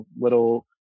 little